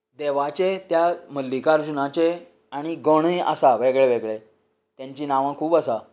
देवाचे त्या मल्लिकार्जुनाचे आनी गणय आसात वेगळे वेगळे तांची नांवां खूब आसा